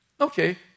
Okay